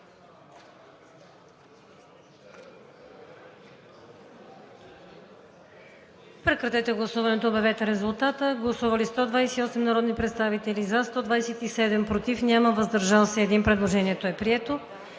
прекратете гласуването и обявете резултата. Гласували 101 народни представители, за 87, против няма и въздържали се 14. Предложението е прието.